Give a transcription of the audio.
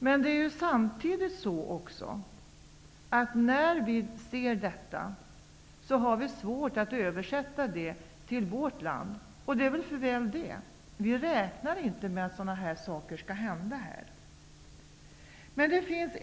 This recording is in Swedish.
Men trots att vi ser allt detta har vi svårt att översätta det hela till vad som är svenska förhållanden, och det är väl bra att det är så. Vi räknar inte med att sådana här saker skall hända också i vårt land.